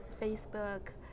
Facebook